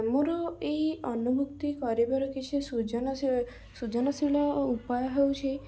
ମୋର ଏଇ ଅନୁଭୂତି କରିବାର କିଛି ସୁଜନଶୀଳ ସୁଜନଶୀଳ ଉପାୟ ହେଉଛି